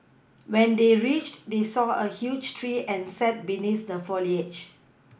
when they reached they saw a huge tree and sat beneath the foliage